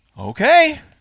Okay